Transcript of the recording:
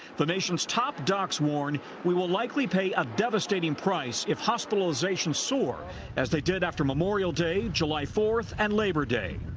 the nation's top docs warn we will likely pay a devastating price if hospitalizations soar as they did after memorial day, july fourth and labor day.